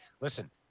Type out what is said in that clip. Listen